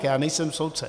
Já nejsem soudce.